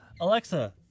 Alexa